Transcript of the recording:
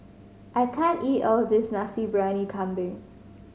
I can't eat all this Nasi Briyani Kambing